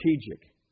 Strategic